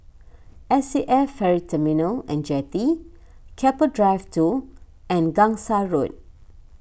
S A F Ferry Terminal and Jetty Keppel Drive two and Gangsa Road